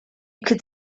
could